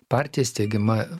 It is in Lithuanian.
partija steigiama